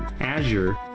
Azure